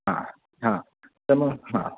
हां हां तर मग हां